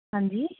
ਹਾਂਜੀ